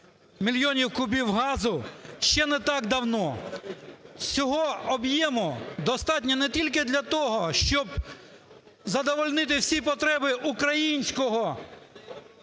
мільйонів кубів газу, ще не так давно. Цього об'єму достатньо не тільки для того, щоб задовольнити всі потреби українського